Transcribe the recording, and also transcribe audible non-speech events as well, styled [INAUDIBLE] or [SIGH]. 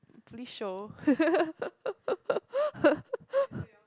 police show [LAUGHS]